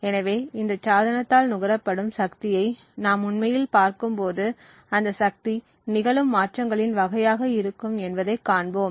எனவே இந்தச் சாதனத்தால் நுகரப்படும் சக்தியை நாம் உண்மையில் பார்க்கும்போது அந்த சக்தி நிகழும் மாற்றங்களின் வகையாக இருக்கும் என்பதைக் காண்போம்